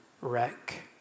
Wreck